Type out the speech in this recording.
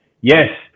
yes